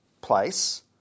place